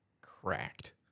cracked